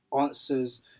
answers